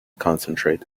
concentrate